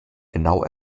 genau